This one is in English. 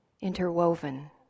interwoven